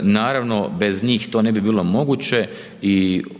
naravno bez njih to ne bi bilo moguće i koristim